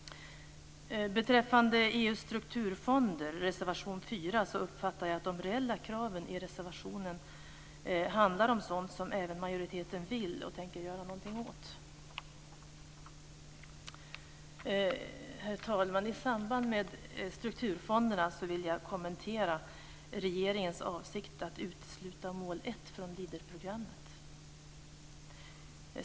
Beträffande EU:s strukturfonder, reservation 4, uppfattar jag att de reella kraven i reservationen handlar om sådant som även majoriteten vill och tänker göra någonting åt. Herr talman! I samband med strukturfonderna vill jag kommentera regeringens avsikt att utesluta mål 1 från Leaderprogrammet.